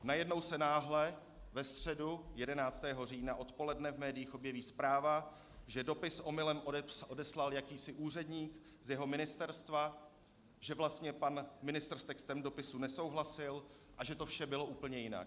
Najednou se náhle ve středu 11. října odpoledne v médiích objeví zpráva, že dopis omylem odeslal jakýsi úředník z jeho ministerstva, že vlastně pan ministr s textem dopisu nesouhlasil a že to vše bylo úplně jinak.